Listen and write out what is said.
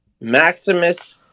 Maximus